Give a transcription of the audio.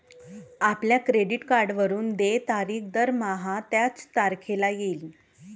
आपल्या क्रेडिट कार्डवरून देय तारीख दरमहा त्याच तारखेला येईल